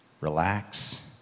relax